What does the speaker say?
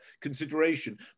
consideration